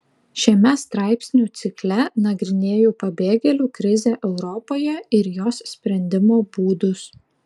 šiame straipsnių cikle nagrinėju pabėgėlių krizę europoje ir jos sprendimo būdus